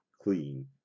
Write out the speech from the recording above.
clean